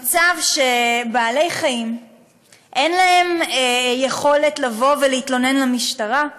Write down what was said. המצב הוא שבעלי-חיים אין להם יכולת לבוא ולהתלונן למשטרה,